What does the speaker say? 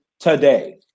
today